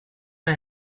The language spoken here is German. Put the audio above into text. der